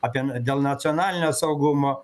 apie n dėl nacionalinio saugumo